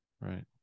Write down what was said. right